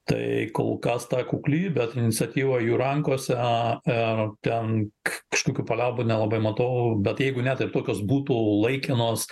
tai kol kas ta kukli bet iniciatyva jų rankose a ten k kažkokių paliaubų nelabai matau bet jeigu net ir tokios būtų laikinos